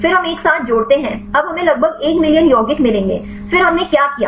फिर हम एक साथ जोड़ते हैं अब हमें लगभग 1 मिलियन यौगिक मिलेंगे फिर हमने क्या किया